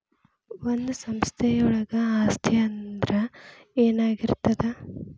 ಒಂದು ಸಂಸ್ಥೆಯೊಳಗ ಆಸ್ತಿ ಅಂದ್ರ ಏನಾಗಿರ್ತದ?